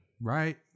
Right